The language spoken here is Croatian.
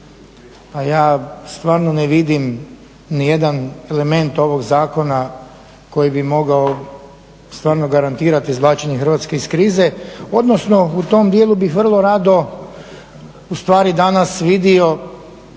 A ja stvarno ne vidim nijedan element ovog zakona koji bi mogao stvarno garantirati izvlačenje Hrvatske iz krize odnosno u tom dijelu bih vrlo rado danas vidio